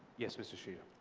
yes, mr. shriram.